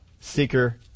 Seeker